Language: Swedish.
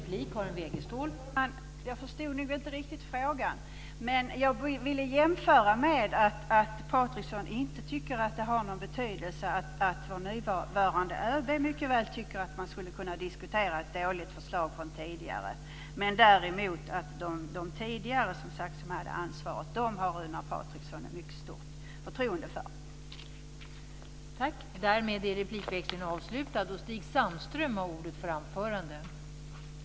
Fru talman! Jag förstod nog inte riktigt frågan. Men jag ville jämföra med att Patriksson inte tycker att det har någon betydelse att vår nuvarande ÖB tycker att man mycket väl skulle kunna diskutera ett dåligt förslag från tidigare. Däremot har Patriksson mycket stort förtroende för de som tidigare hade ansvaret.